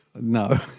No